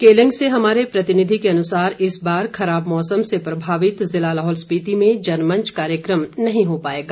केलंग से हमारे प्रतिनिधि के अनुसार इस बार खराब मौसम से प्रभावित जिला लाहौल स्पिति में जनमंच कार्यक्रम नहीं हो पाएगा